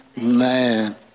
Man